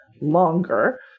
longer